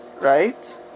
right